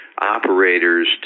operators